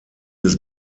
des